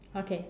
okay